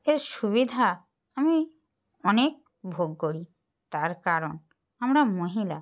এর সুবিধা আমি অনেক ভোগ করি তার কারণ আমরা মহিলা